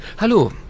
Hallo